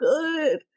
good